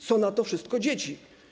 Co na to wszystko dzieci?